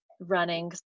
running